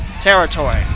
territory